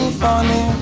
funny